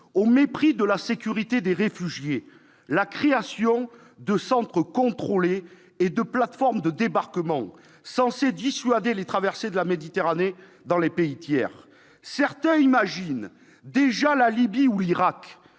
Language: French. au mépris de la sécurité des réfugiés, la création de « centres contrôlés » et de « plateformes de débarquement » censés dissuader les traversées de la Méditerranée au départ de pays tiers. Certains imaginent déjà la Libye ou l'Irak